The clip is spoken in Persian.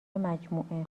مجموعه